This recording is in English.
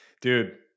Dude